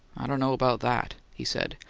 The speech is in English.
i don't know about that, he said,